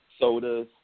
sodas